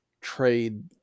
trade